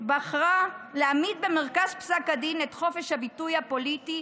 בחרה להעמיד במרכז פסק הדין את חופש הביטוי הפוליטי,